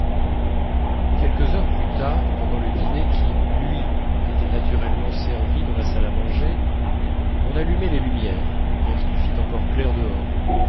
quelques heures plus tard pendant le dîner qui lui était naturellement servi dans la salle à manger on allumait les lumières bien qu'il fît encore clair dehors